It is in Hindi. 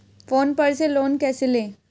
फोन पर से लोन कैसे लें?